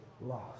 lost